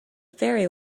ferry